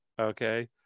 Okay